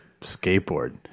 skateboard